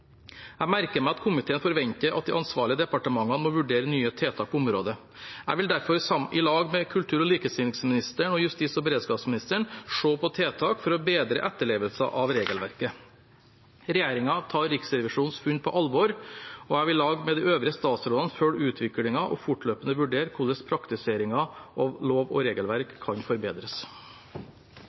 Jeg merker meg at komiteen forventer at de ansvarlige departementene må vurdere nye tiltak på området. Jeg vil derfor i lag med kultur- og likestillingsministeren og justis- og beredskapsministeren se på tiltak for å bedre etterlevelsen av regelverket. Regjeringen tar Riksrevisjonens funn på alvor. Jeg vil i lag med de øvrige statsrådene følge utviklingen og fortløpende vurdere hvordan praktiseringen av lov og regelverk kan forbedres.